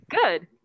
good